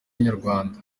inyarwanda